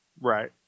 Right